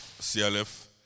CLF